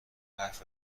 حرف